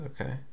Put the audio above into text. Okay